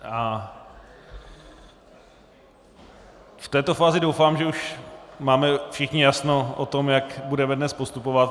V této fázi doufám, že už máme všichni jasno o tom, jak budeme dnes postupovat.